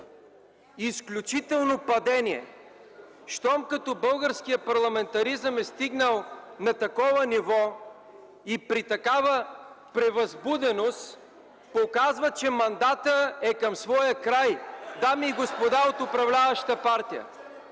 изключително падение! Щом като българският парламентаризъм е стигнал такова ниво и такава превъзбуденост, показва, че мандатът е към своя край, дами и господа от управляващата партия!